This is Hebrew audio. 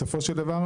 בסופו של דבר,